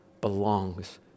belongs